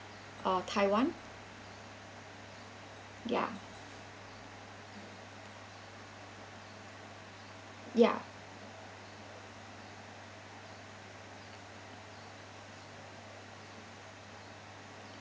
uh taiwan ya ya